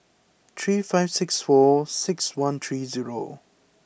three five six four six one three zero